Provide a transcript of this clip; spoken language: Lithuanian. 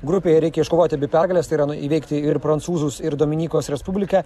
grupėje reikia iškovoti abi pergales tai yra įveikti ir prancūzus ir dominikos respubliką